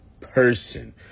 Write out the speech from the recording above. person